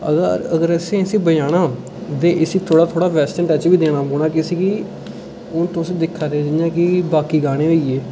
अगर असें इसी बचाना ते इसी थोह्ड़ा थोह्ड़ा वेस्टरण टच बी दैना पौना हून तुस दिक्खा दे जि'यां के बाकी गाने होई गे हून कोई क्लासीकल ते सुनदा नेईं ऐ